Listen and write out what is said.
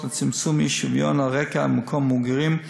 לצמצום האי-שוויון על רקע מקום מגורים,